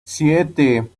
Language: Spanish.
siete